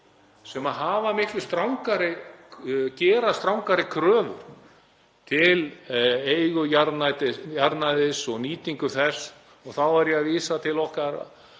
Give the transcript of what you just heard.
sem gera miklu strangari kröfur til eigu jarðnæðis og nýtingu þess, og þá er ég að vísa til okkar